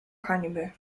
hańby